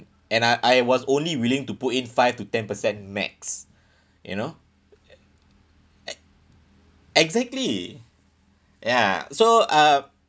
and I I was only willing to put in five to ten percent max you know exactly ya so uh